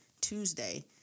Tuesday